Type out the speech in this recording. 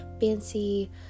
fancy